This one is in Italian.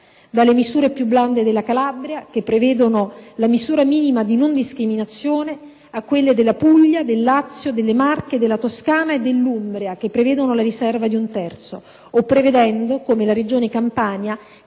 (dalle misure più blande della Calabria, che prevedono la misura minima di non discriminazione, a quelle della Puglia, del Lazio, delle Marche, della Toscana e dell'Umbria, che prevedono la riserva di un terzo), o prevedendo, come la Regione Campania,